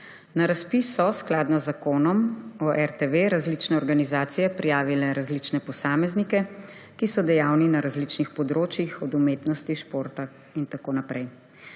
Na razpis so skladno z Zakonom o RTV različne organizacije prijavile različne posameznike, ki so dejavni na različnih področjih, od umetnosti, športa in tako naprej.